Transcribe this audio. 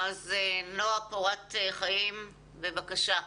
נועה פורת חיים, בבקשה.